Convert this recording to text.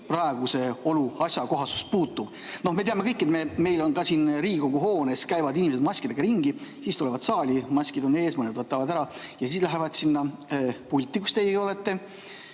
praeguse olu asjakohasusse puutuv. Me teame kõik, et siin Riigikogu hoones käivad inimesed maskidega ringi, siis tulevad saali, maskid on ees, mõned võtavad ära ja siis lähevad sinna pulti, kus teie